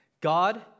God